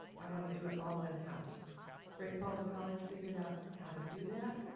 i wanna do it all in-house. great falls college figured out how to do that.